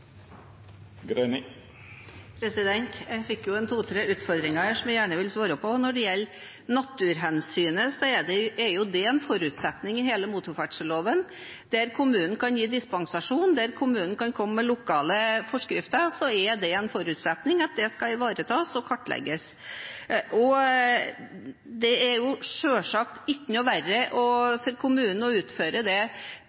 Jeg fikk to-tre utfordringer her som jeg gjerne vil svare på. Når det gjelder naturhensynet, er det en forutsetning i hele motorferdselloven. Der kommunen kan gi dispensasjon, og der kommunen kan komme med lokale forskrifter, er det en forutsetning at det skal ivaretas og kartlegges. Det er selvsagt ikke noe verre for kommunen å